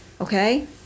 Okay